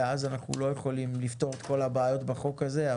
ואז אנחנו לא יכולים לפתור את כל הבעיות בחוק הזה,